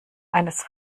eines